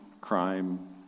crime